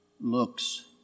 looks